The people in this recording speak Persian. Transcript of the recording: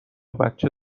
بچه